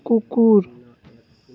কুকুৰ